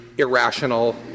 irrational